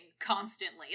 constantly